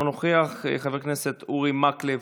אינו נוכח, חבר הכנסת אורי מקלב,